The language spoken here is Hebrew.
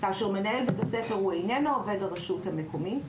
מנהל בית הספר הוא איננו עובד הרשות המקומית,